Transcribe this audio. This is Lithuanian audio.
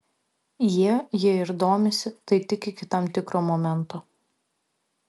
jie jei ir domisi tai tik iki tam tikro momento